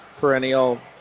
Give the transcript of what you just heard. perennial